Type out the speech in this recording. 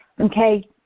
okay